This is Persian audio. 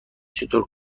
چطور